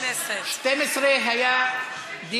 חוב' כ/654); נספחות.] אנחנו עוברים